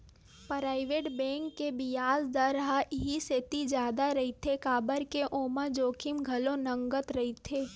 private bank के बियाज दर ह इहि सेती जादा रहिथे काबर के ओमा जोखिम घलो नँगत रहिथे